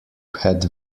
had